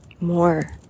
more